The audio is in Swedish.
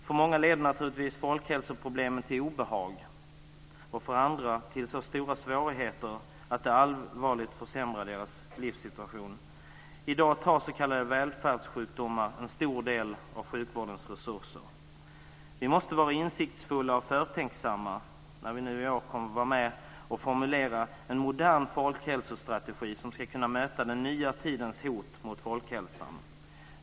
För många leder naturligtvis folkhälsoproblemen till obehag och för andra till så stora svårigheter att de allvarligt försämrar deras livssituation. I dag tar s.k. välfärdssjukdomar en stor del av sjukvårdens resurser i anspråk. Vi måste vara insiktsfulla och förtänksamma när vi nu i år kommer att vara med och formulera en modern folkhälsostrategi som ska kunna möta den nya tidens hot mot folkhälsan.